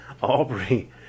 Aubrey